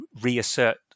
reassert